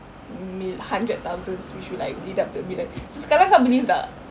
mil~ hundred thousand which should like deduct to be like sekarang kau believe tak